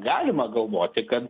galima galvoti kad